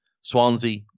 Swansea